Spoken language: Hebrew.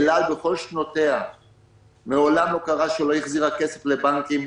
אל-על בכל שנותיה מעולם לא קרה שלא החזירה כסף לבנקים,